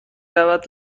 رود